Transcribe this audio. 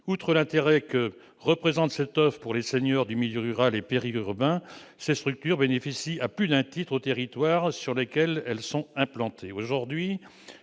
Outre l'intérêt que représente cette offre pour les seniors du milieu rural et périurbain, ces structures bénéficient à plus d'un titre aux territoires sur lesquels elles sont implantées.